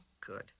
Good